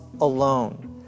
alone